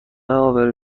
عابران